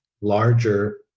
larger